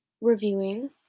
reviewing